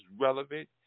relevant